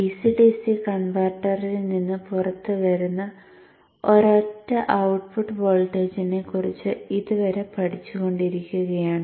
DC DC കൺവെർട്ടറിൽ നിന്ന് പുറത്തുവരുന്ന ഒരൊറ്റ ഔട്ട്പുട്ട് വോൾട്ടേജിനെക്കുറിച്ച് ഇതുവരെ പഠിച്ചുകൊണ്ടിരിക്കുകയാണ്